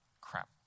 Crap